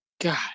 God